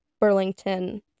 Burlington